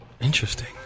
Interesting